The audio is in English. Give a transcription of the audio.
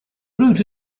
route